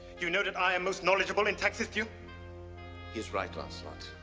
you know that i am most knowledgeable in taxes due. he is right, lancelot.